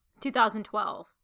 2012